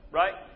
right